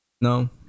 no